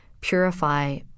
purify